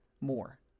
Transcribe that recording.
more